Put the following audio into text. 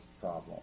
problem